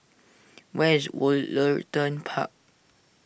where is Woollerton Park